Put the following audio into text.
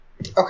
okay